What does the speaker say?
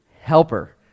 helper